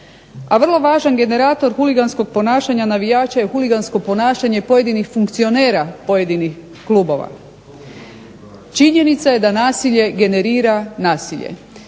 a vrlo važan generator huliganskog ponašanja navijača je huligansko ponašanje pojedinih funkcionera pojedinih klubova. Činjenica je da nasilje generira nasilje